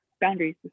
boundaries